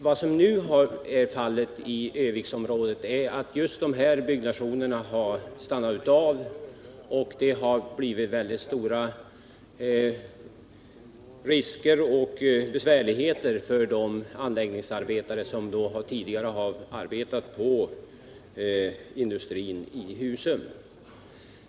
Vad som nu har hänt i Örnsköldsviksområdet är att just dessa byggnationer har avstannat, och det har medfört stora problem och besvärligheter för de anläggningsarbetare som tidigare arbetat på industribyggen i Husum.